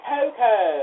Coco